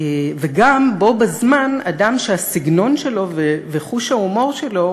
וגם בו-בזמן אדם שהסגנון שלו וחוש ההומור שלו